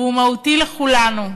והוא מהותי לכולנו.